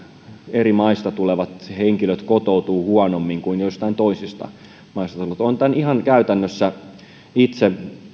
eri maista tulevat henkilöt kotoutuvat huonommin kuin joistain toisista maista tulleet olen tämän ihan käytännössä itse